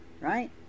Right